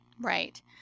Right